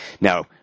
Now